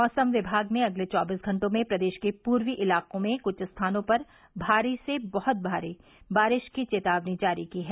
मौसम विभाग ने अगले चौबीस घंटों में प्रदेश के पूर्वी इलाकों में कुछ स्थानों पर भारी से बहुत भारी बारिश की चेतावनी जारी की है